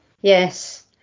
yes